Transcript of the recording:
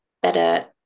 better